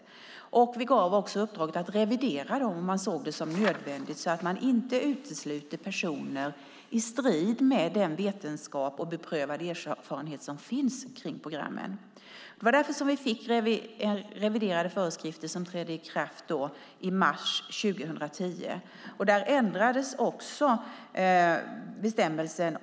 Vi gav också Socialstyrelsen uppdraget att revidera dem om de såg det som nödvändigt, så att man inte utesluter personer i strid med den vetenskap och beprövad erfarenhet som finns kring programmen. Det var därför som vi fick reviderade föreskrifter som trädde i kraft i mars 2010. Där ändrades också en bestämmelse.